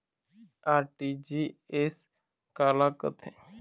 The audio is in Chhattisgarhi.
आर.टी.जी.एस काला कथें?